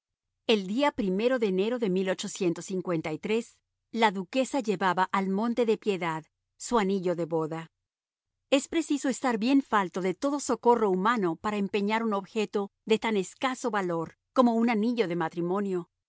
el día o de enero de la duquesa llevaba al monte de piedad su anillo de boda es preciso estar bien falto de todo socorro humano para empeñar un objeto de tan escaso valor como un anillo de matrimonio